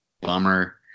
Bummer